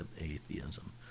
atheism